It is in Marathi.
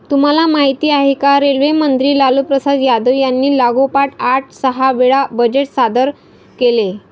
तुम्हाला माहिती आहे का? रेल्वे मंत्री लालूप्रसाद यादव यांनी लागोपाठ आठ सहा वेळा बजेट सादर केले